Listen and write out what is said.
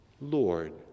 Lord